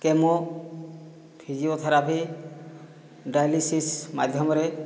chemo physiotherapy dialysis ମାଧ୍ୟମରେ